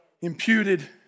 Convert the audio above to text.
Imputed